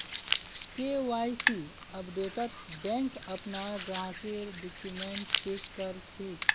KYC अपडेटत bank अपनार ग्राहकेर डॉक्यूमेंट चेक कर छेक